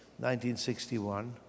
1961